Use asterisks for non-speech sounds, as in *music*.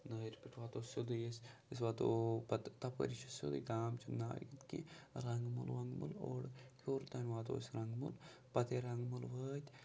نٲیِرٕ پٮ۪ٹھ واتو سیوٚدُے أسۍ أسۍ واتو پَتہٕ تَپٲرۍ چھِ سیوٚدُے گام چھِ *unintelligible* کینٛہہ رنٛگمُل ونٛگمُل اورٕ ہیوٚر تام واتو أسۍ رنٛگمُل پَتہٕ ییٚلہِ رنٛگمُل وٲتۍ